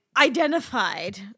identified